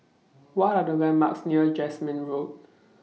What Are The landmarks near Jasmine Road